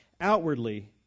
outwardly